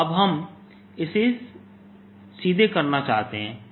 लेकिन अब हम इसे सीधे करना चाहते हैं